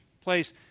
place